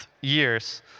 years